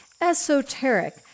esoteric